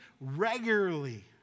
regularly